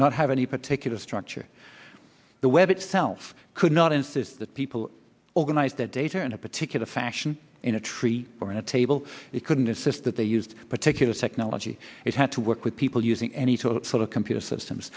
not have any particular structure the web itself could not insist that people organize their data in a particular fashion in a tree or in a table it couldn't insist that they used a particular technology it had to work with people using any tool for computer systems